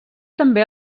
també